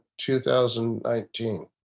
2019